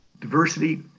diversity